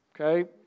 Okay